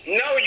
no